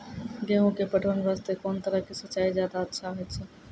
गेहूँ के पटवन वास्ते कोंन तरह के सिंचाई ज्यादा अच्छा होय छै?